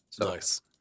Nice